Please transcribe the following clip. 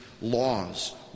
laws